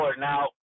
Now